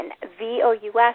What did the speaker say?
V-O-U-S